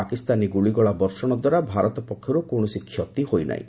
ପାକିସ୍ତାନୀ ଗୁଳିଗୋଳା ବର୍ଷଣ ଦ୍ୱାରା ଭାରତପଟରୁ କିଛି କ୍ଷତି ହୋଇନାହିଁ